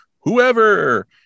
Whoever